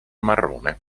marrone